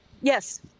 yes